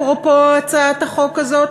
אפרופו הצעת החוק הזאת?